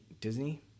Disney